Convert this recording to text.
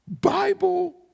Bible-